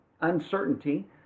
uncertainty